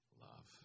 love